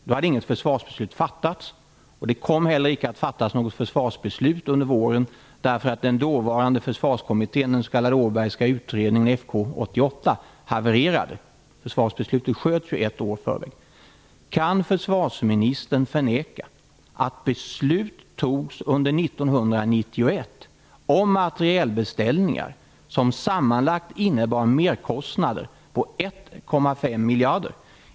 Då hade inget försvarsbeslut fattats, och det kom inte heller att fattas något beslut under våren 1991 därför att den dåvarande försvarskommittén, den s.k. Åbergska utredningen Kan försvarsministern förneka att beslut togs under 1991 om materielbeställningar som sammanlagt innebar merkostnader på 1,5 miljarder kronor?